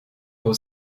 pour